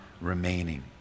remaining